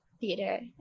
theater